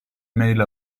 mail